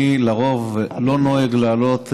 אני לרוב לא נוהג לעלות ולדבר,